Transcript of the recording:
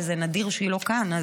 וזה נדיר שהיא לא כאן.